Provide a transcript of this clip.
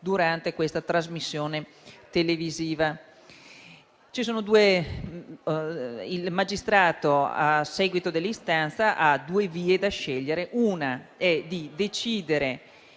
durante questa trasmissione televisiva. Il magistrato, a seguito dell'istanza, ha due vie da scegliere: una è di decidere